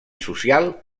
social